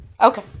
Okay